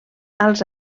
als